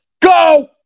Go